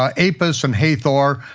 ah apis and hathor,